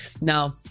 Now